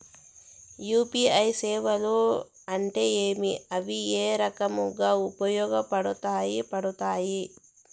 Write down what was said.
UPI సేవలు అంటే ఏమి, అవి ఏ రకంగా ఉపయోగపడతాయి పడతాయి?